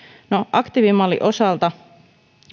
aktiivimallin osalta